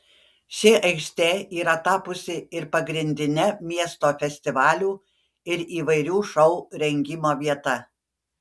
ši aikštė yra tapusi ir pagrindine miesto festivalių ir įvairių šou rengimo vieta